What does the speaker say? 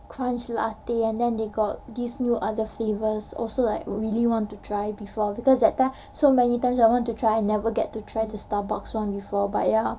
crunch latte and then they got these new other flavours also like really want to try before because that time so many times I want to try never get to try the starbucks one before but ya